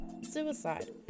suicide